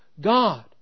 God